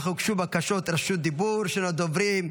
אך הוגשו בקשות רשות דיבור של הדוברים.